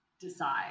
decide